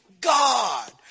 God